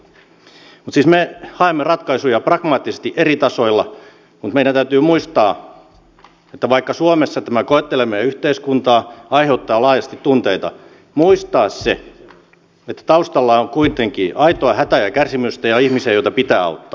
siis me haemme ratkaisuja pragmaattisesti eri tasoilla mutta meidän täytyy muistaa että vaikka suomessa tämä koettelee meidän yhteiskuntaa ja aiheuttaa laajasti tunteita taustalla on kuitenkin aitoa hätää ja kärsimystä ja ihmisiä joita pitää auttaa